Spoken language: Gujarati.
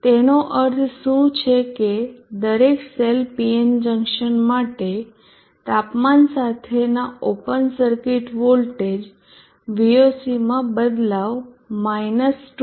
તેનો અર્થ શું છે કે દરેક સેલ PN જંકશન માટે તાપમાન સાથેના ઓપન સર્કિટ વોલ્ટેજ Voc માં બદલાવ માઈનસ 2